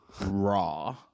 raw